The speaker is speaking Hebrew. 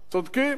צודקים.